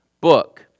book